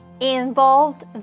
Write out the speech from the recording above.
involved